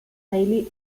hayley